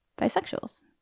bisexuals